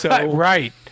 Right